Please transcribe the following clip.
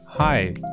Hi